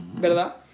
¿verdad